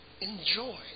enjoy